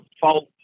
fault